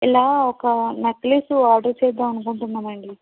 ఇలా ఒక necklace order చేద్దామనుకుంటున్నామండీ